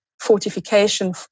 fortification